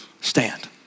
stand